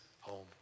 home